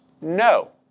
No